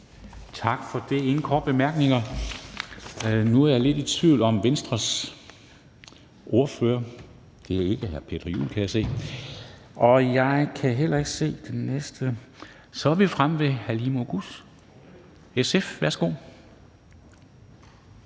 Tak for det. Der er ingen korte bemærkninger. Nu er jeg lidt i tvivl om Venstres ordfører. Det er jo ikke hr. Peter Juel-Jensen, kan jeg se. Og jeg kan heller ikke se den næste. Så er vi fremme ved Halime Oguz, SF. Værsgo.